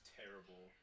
terrible